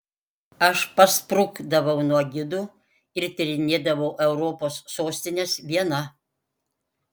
aš pasprukdavau nuo gidų ir tyrinėdavau europos sostines viena